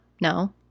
No